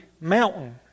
mountain